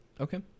Okay